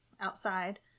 outside